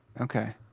Okay